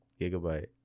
Gigabyte